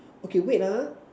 okay wait ah